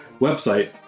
website